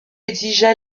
exigea